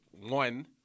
one